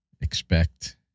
expect